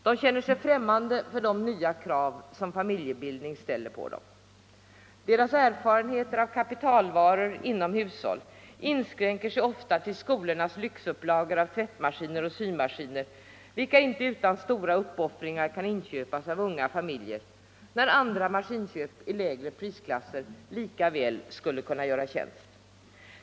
De känner sig främmande för de nya krav som familjebildning ställer på dem. Deras erfarenheter av kapitalvaror inom hushåll inskränker sig ofta till skolornas lyxupplagor av tvättmaskiner och symaskiner, vilka inte utan stora uppoffringar kan inköpas av unga familjer — när andra maskiner i lägre prisklasser lika väl skulle kunna göra tjänst.